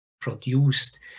produced